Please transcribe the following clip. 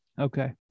Okay